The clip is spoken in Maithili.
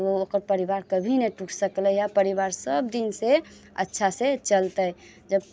तऽ ओकर परिवार कभी नहि टूट सकलैया परिवार सभ दिन से अच्छा से चलतै जब